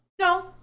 No